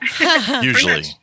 usually